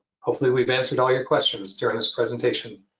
hopefully, we've answered all your questions during this presentation.